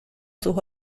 sus